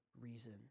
reason